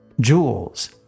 jewels